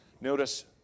Notice